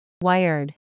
Wired